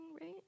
right